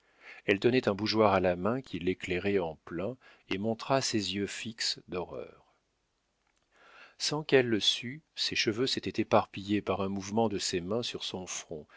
elle tenait un bougeoir à la main qui l'éclairait en plein et montra ses yeux fixes d'horreur sans qu'elle le sût ses cheveux s'étaient éparpillés par un mouvement de ses mains sur son front